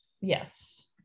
yes